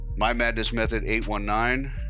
MyMadnessMethod819